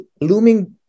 looming